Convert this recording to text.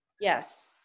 Yes